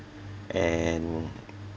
and